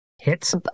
Hits